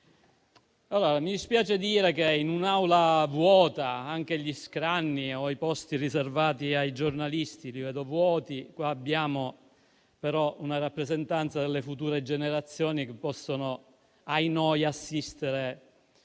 Mi dispiace dire che, in un'Aula vuota, vedo vuoti anche gli scranni o i posti riservati ai giornalisti. Qua abbiamo però una rappresentanza delle future generazioni, che possono - ahinoi - assistere